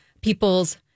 people's